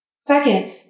Second